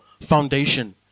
foundation